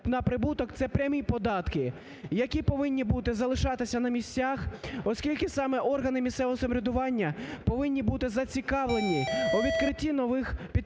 на прибуток це – прямі податки, які повинні бути, залишатися на місцях, оскільки саме органи місцевого самоврядування повинні бути зацікавлені у відкритті нових підприємств,